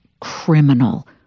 criminal